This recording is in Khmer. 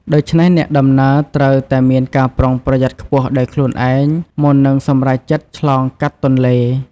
ដូច្នេះអ្នកដំណើរត្រូវតែមានការប្រុងប្រយ័ត្នខ្ពស់ដោយខ្លួនឯងមុននឹងសម្រេចចិត្តឆ្លងកាត់ទន្លេ។